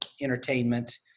entertainment